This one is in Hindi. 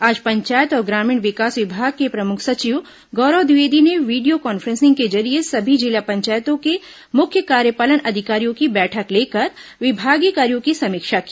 आज पंचायत और ग्रामीण विकास विभाग के प्रमुख सचिव गौरव द्विवेदी ने वीडियो कॉन्फ्रेंसिंग के जरिये सभी जिला पंचायतों के मुख्य कार्यपालन अधिकारियों की बैठक लेकर विभागीय कार्यों की समीक्षा की